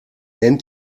nennt